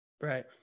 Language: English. Right